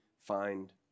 find